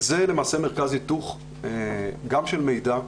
וזה למעשה מרכז היתוך גם של מידע.